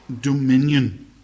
dominion